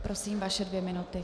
Prosím, vaše dvě minuty.